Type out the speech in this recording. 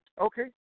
Okay